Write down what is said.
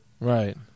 Right